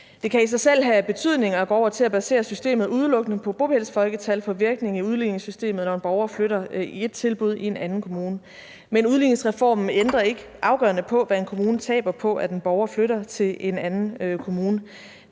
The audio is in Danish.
Det kan i sig selv have betydning at gå over til at basere systemet udelukkende på bopælsfolketal og få virkning i udligningssystemet, når en borger flytter til et tilbud i en anden kommune. Men udligningsreformen ændrer ikke afgørende på, hvad en kommune taber på, at en borger flytter til en anden kommune.